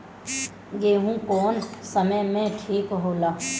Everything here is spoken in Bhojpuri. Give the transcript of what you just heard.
गेहू कौना समय मे ठिक होला?